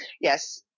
Yes